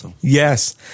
Yes